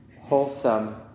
wholesome